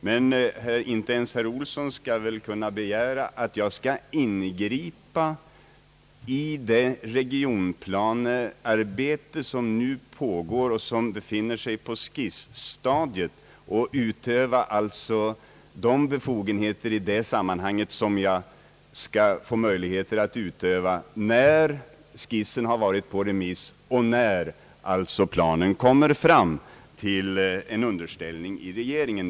Men inte ens herr Olsson skall väl kunna begära, att jag skall ingripa i det regionplanearbete som nu befinner sig på skisstadiet och utöva de befogenheter som jag skall få möjligheter till när skissen har varit på remiss och när planen underställs regeringen.